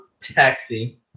Taxi